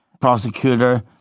prosecutor